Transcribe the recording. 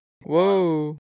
Whoa